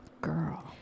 girl